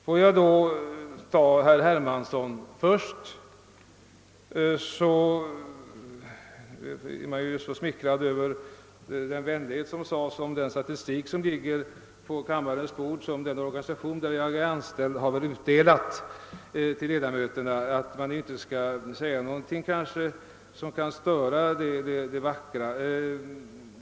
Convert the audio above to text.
För att först beröra vad herr Hermansson sade så blir man ju smickrad över den vänlighet som uttrycktes över den statistik som ligger på kammarens bord och som den organisation, där jag är anställd, har utdelat till ledamöterna, och man kanske inte borde säga någonting som kan störa det vackra intrycket.